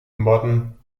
modern